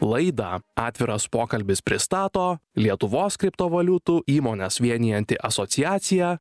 laidą atviras pokalbis pristato lietuvos kriptovaliutų įmones vienijanti asociacija